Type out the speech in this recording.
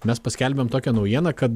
mes paskelbėm tokią naujieną kad